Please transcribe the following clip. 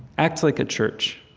act like a church.